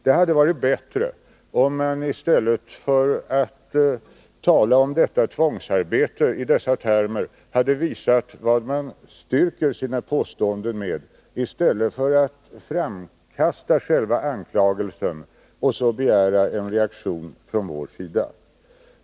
Det hade varit bättre om man hade visat vad man styrker sina påståenden med i stället för att i dessa termer tala om tvångsarbete, i stället för att framkasta själva anklagelsen och sedan begära en reaktion från vår sida.